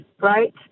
Right